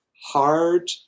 hard